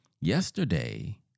Yesterday